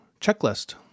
checklist